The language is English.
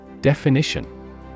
Definition